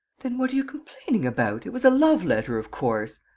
then what are you complaining about? it was a love-letter, of course!